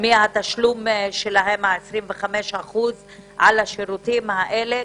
מהתשלום שלהן ה-25% על השירותים האלה,